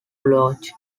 lounge